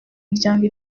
miryango